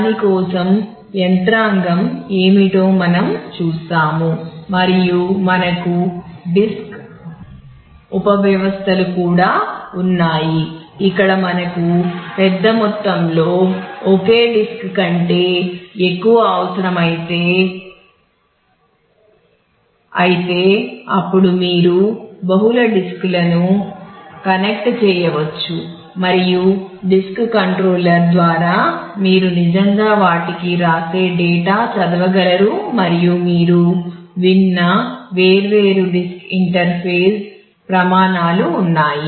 దాని కోసం యంత్రాంగం ఏమిటో మనం చూస్తాము మరియు మనకు డిస్క్ ప్రమాణాలు ఉన్నాయి